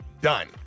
done